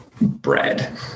bread